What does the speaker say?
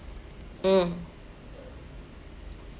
mm